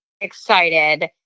excited